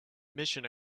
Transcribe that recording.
mission